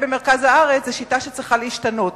במרכז הארץ זו שיטה שצריכה להשתנות.